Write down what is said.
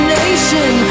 nation